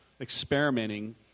experimenting